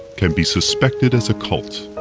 can be suspected as a cult.